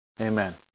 Amen